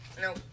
No